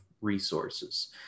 resources